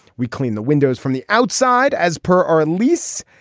we clean the windows from the outside. as per our lease,